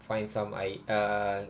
find some I uh